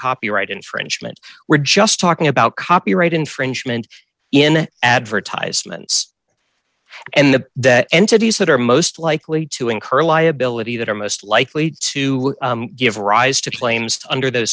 copyright infringement we're just talking about copyright infringement in advertisements and the that entities that are most likely to incur liability that are most likely to give rise to claims to under those